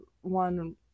one